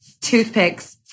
toothpicks